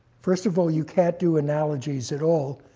first of all, you can't do analogies at all,